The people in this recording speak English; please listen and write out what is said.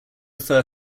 fur